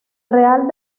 real